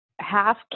half